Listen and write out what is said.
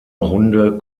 runde